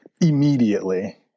immediately